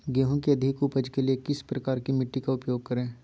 गेंहू की अधिक उपज के लिए किस प्रकार की मिट्टी का उपयोग करे?